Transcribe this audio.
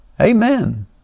Amen